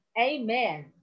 Amen